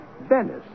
Venice